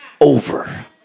over